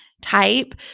type